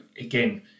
again